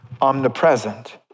omnipresent